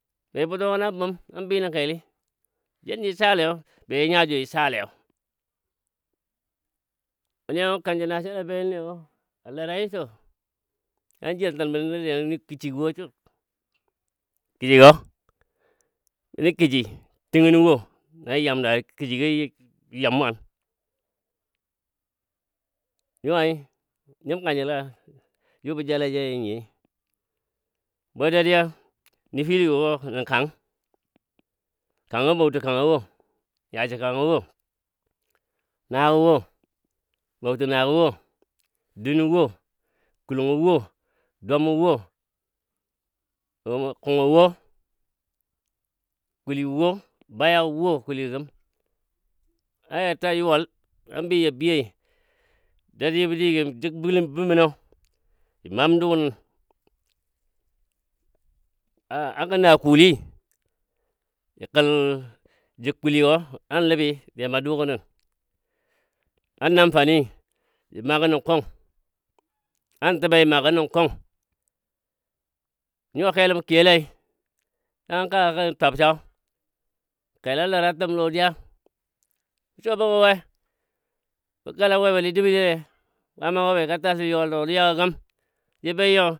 Be butɔ gənɔ bum a bilənkeli jənni salei yo be ji nya jujisalei yo wuniyo kanjəl nasanagɔ jə benəniyo a lara nyo so kəshi gɔ wo so, kəshigo bən nə keshi, tɨngənɔ wo na yam dala kəshigɔ jə yam mon nyuwai, nyəm kangjəl ga? ju bə jale jai a nyoi, bwe dadiya nəfiligɔ wo nən kang kangɔ bauti kangɔ wo yashi kangɔ wo, nagɔ wo, bauti nagɔ wo, dunɔ wo, kulongɔ wo, dwamɔ wo kungɔ wo kuligɔ wo baya gɔ wo a kuligɔ gəm aya ta yuwal an bɨɨ ja biyoi dadiyabɔ digəni jəg bələn bəmən nɔ jə mam du nən a gəna kuli ja kel jəg kuligɔ an ləbi ja ma du gɔ nən an namfani ja magən nə kung, an təbei ja magən nə kung, nyuwa kelo mə kiyolei an ka ka twabso kelo a lara təm lodiya bə suwa bəngɔ we? bə kala bwe bali dəbəli le kwama gɔ be ga tal tə yuwa a lodiyagɔ gəm, jə be nyiyo.